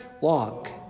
Walk